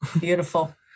Beautiful